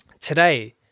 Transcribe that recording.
today